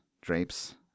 drapes